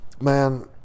man